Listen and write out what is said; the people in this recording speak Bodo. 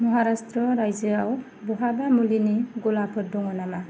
महाराषट्र रायजोआव बहाबा मुलिनि गलाफोर दङ नामा